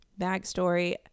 backstory